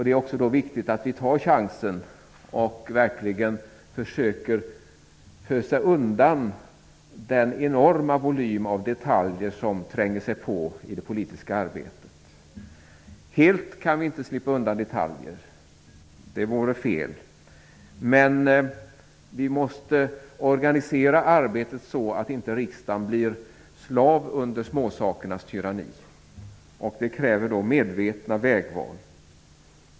Det är viktigt att vi verkligen försöker fösa undan den enorma volym av detaljer som tränger sig på i det politiska arbetet. Vi kan inte helt slippa undan detaljer; det vore fel. Men vi måste organisera arbetet så, att inte riksdagen blir slav under småsakernas tyranni. Det kräver medvetna vägval.